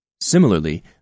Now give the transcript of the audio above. Similarly